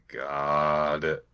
god